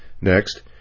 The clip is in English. Next